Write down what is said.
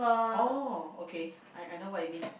oh okay I I know what you mean